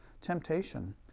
temptation